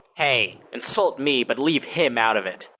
hey! insult me, but leave him out of it!